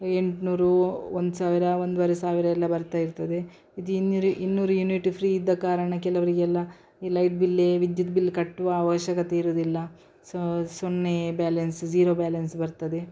ಎಂಟು ನೂರು ಒಂದು ಸಾವಿರ ಒಂದುವರೆ ಸಾವಿರ ಎಲ್ಲ ಬರ್ತಾ ಇರ್ತದೆ ಇದು ಇನ್ನೂರು ಇನ್ನೂರು ಯೂನಿಟ್ ಫ್ರೀ ಇದ್ದ ಕಾರಣ ಕೆಲವರಿಗೆಲ್ಲ ಈ ಲೈಟ್ ಬಿಲ್ಲೇ ವಿದ್ಯುತ್ ಬಿಲ್ ಕಟ್ಟುವ ಅವಶ್ಯಕತೆ ಇರುವುದಿಲ್ಲ ಸೊ ಸೊನ್ನೆ ಬ್ಯಾಲೆನ್ಸ್ ಜೀರೋ ಬ್ಯಾಲೆನ್ಸ್ ಬರ್ತದೆ